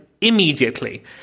immediately